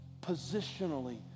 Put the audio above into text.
positionally